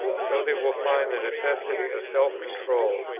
so they will find the necessity of self-control,